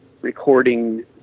recording